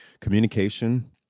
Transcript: communication